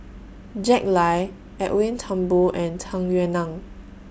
Jack Lai Edwin Thumboo and Tung Yue Nang